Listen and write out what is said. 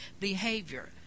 behavior